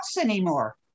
anymore